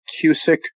Cusick